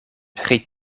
pri